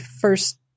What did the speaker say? first